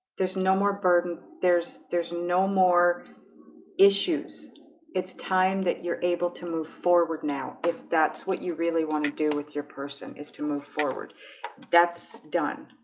there's no more burden. there's there's no more issues it's time that you're able to move forward now if that's what you really want to do with your person is to move forward that's done.